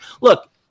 Look